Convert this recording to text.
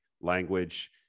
language